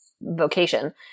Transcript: vocation